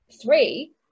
three